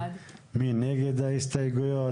מי נגד ההסתייגויות?